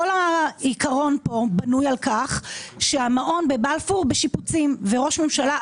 כל העיקרון פה בנוי על כך שהמעון בבלפור בשיפוצים וראש הממשלה,